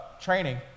training